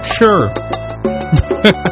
Sure